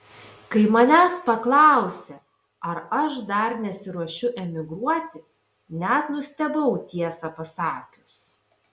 kai manęs paklausė ar aš dar nesiruošiu emigruoti net nustebau tiesą pasakius